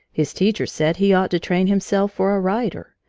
his teachers said he ought to train himself for a writer,